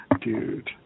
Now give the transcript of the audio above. Dude